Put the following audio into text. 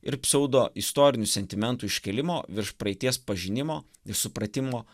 ir pseudo istorinių sentimentų iškėlimo virš praeities pažinimo ir supratimo